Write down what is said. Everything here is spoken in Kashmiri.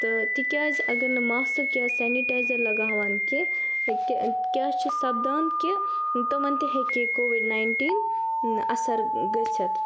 تہٕ تِکیٛازِ اگر نہٕ ماسک یا سینِٹایزَر لَگاوان کیٚنٛہہ کہِ کیٛاہ چھِ سَپدان کہِ تِمَن تہِ ہیٚکہِ ہے کووِڈ ناینٹیٖن اَثَر گٔژھِتھ